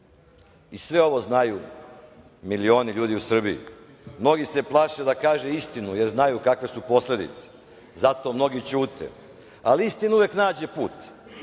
Sve ovo znaju milioni ljudi u Srbiji. Mnogi se plaše da kažu istinu, jer znaju kakve su posledice. Zato mnogi ćute, ali istina uvek nađe put.